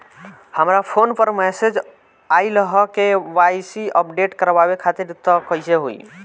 हमरा फोन पर मैसेज आइलह के.वाइ.सी अपडेट करवावे खातिर त कइसे होई?